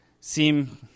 seem